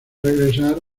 regresar